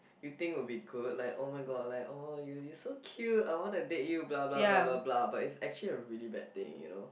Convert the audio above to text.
you think would be good like oh-my-god like orh you you're so cute I want to date you blah blah blah blah blah but it's actually a really bad thing you know